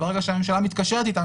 ברגע שהממשלה מתקשרת אתם,